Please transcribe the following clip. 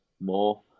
more